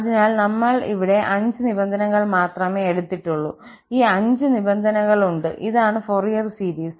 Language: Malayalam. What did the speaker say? അതിനാൽ നമ്മൾ ഇവിടെ 5 നിബന്ധനകൾ മാത്രമേ എടുത്തിട്ടുള്ളൂ ഈ 5 നിബന്ധനകളുണ്ട് ഇതാണ് ഫോറിയർ സീരീസ്